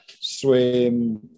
swim